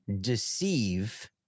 deceive